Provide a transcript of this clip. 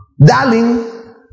Darling